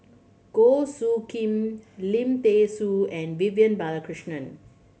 Goh Soo Khim Lim Thean Soo and Vivian Balakrishnan